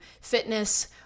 fitness